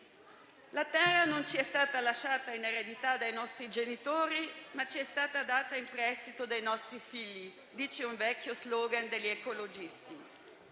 La terra non ci è stata lasciata in eredità dai nostri genitori, ma ci è stata data in prestito dai nostri figli: questo dice un vecchio *slogan* degli ecologisti